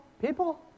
people